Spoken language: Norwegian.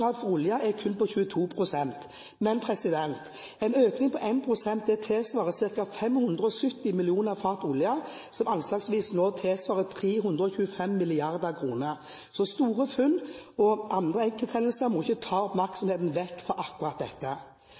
for olje er kun på 22 pst., men en økning på 1 pst. tilsvarer ca. 570 millioner fat olje, som anslagsvis nå tilsvarer 325 mrd. kr. Store funn og andre enkelthendelser må ikke ta oppmerksomheten bort fra akkurat dette.